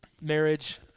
marriage